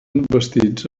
vestits